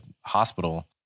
hospital